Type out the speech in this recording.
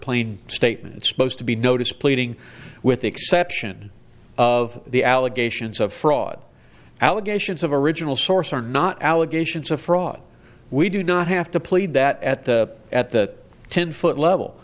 plain statement supposed to be notice pleading with the exception of the allegations of fraud allegations of a original source or not allegations of fraud we do not have to plead that at the at the ten foot level